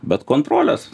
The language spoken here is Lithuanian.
bet kontrolės